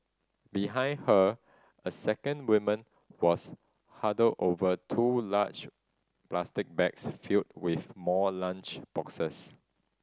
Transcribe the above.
behind her a second woman was huddled over two large plastic bags filled with more lunch boxes